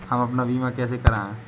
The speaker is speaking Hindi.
हम अपना बीमा कैसे कराए?